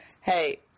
hey